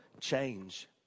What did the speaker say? change